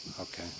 okay